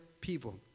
people